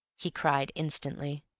he cried instantly.